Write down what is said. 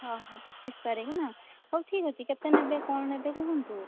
ହଁ ହଁ ପଚିଶ ତାରିଖ ନା ହଉ ଠିକ୍ ଅଛି କେତେ ନେବେ କ'ଣ ନେବେ କୁହନ୍ତୁ